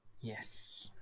Yes